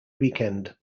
weekend